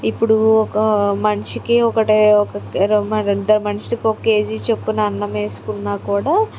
ఇప్పుడు ఒక్క మనిషికి ఒక్కటే రెండోమనిషికి ఓ కేజీ చప్పున అన్నం వేస్కున్నా కూడా